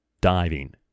diving